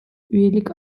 üyelik